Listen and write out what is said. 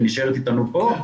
היא נשארת איתנו פה,